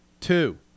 Two